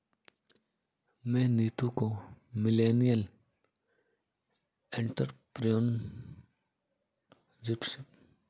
मैं नीतू को millennial entrepreneurship का मतलब समझा रहा हूं